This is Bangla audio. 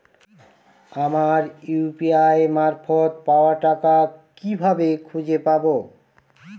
আমার ইউ.পি.আই মারফত পাওয়া টাকা কিভাবে খুঁজে পাব?